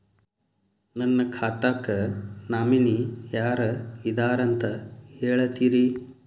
ನನ್ನ ಖಾತಾಕ್ಕ ನಾಮಿನಿ ಯಾರ ಇದಾರಂತ ಹೇಳತಿರಿ?